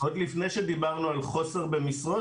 עוד לפני שדיברנו על חוסר במשרות,